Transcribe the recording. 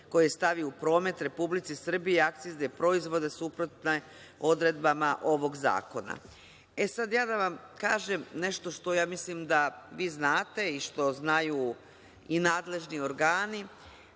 koje stavi u promet Republici Srbiji akcizne proizvode suprotne odredbama ovog zakona. Sada ja da vam kažem nešto što ja mislim da vi znate i što znaju i nadležni organi.